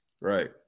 Right